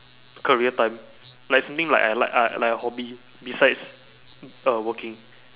career time like something like I like uh like a hobby besides uh working